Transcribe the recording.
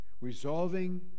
Resolving